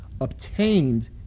obtained